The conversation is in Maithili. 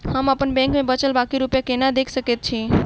हम अप्पन बैंक मे बचल बाकी रुपया केना देख सकय छी?